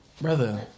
brother